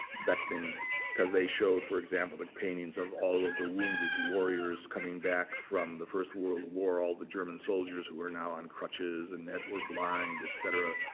beckmann because they showed, for example, the paintings of all of the wounded warriors coming back from the first world war. all the german soldiers were now on crutches. and were blind, et cetera.